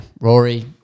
Rory